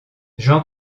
jean